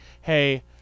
Hey